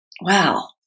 wow